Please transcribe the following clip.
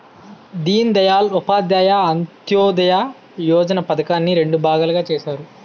దీన్ దయాల్ ఉపాధ్యాయ అంత్యోదయ యోజన పధకాన్ని రెండు భాగాలుగా చేసారు